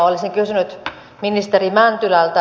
olisin kysynyt ministeri mäntylältä